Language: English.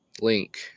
Link